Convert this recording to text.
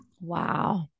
Wow